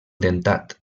dentat